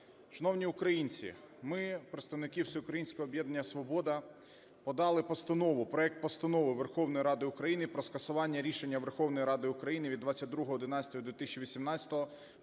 Шановні українці! Ми, представники "Всеукраїнського об'єднання "Свобода", подали постанову, проект Постанови Верховної Ради України про скасування Рішення Верховної Ради України від 22.11.2018 про